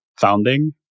founding